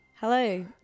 Hello